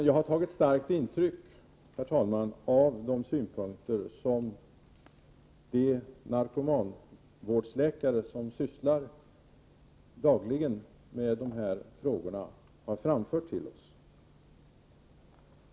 Jag har tagit starkt intryck av de synpunkter som de narkomanvårdsläkare som dagligen sysslar med dessa frågor har framfört till oss.